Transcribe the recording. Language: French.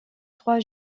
trois